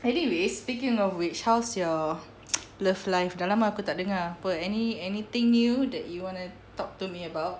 anyway speaking of which how's your love life dah lama aku tak dengar apa any anything new that you want to talk to me about